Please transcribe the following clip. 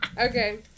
Okay